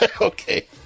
Okay